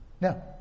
No